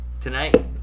Tonight